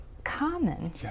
common